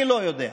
אני לא יודע,